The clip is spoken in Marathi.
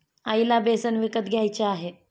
आईला बेसन विकत घ्यायचे आहे